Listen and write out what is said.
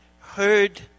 heard